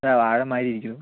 ഇവിടെ വാഴ മാതിരി ഇരിക്കന്നു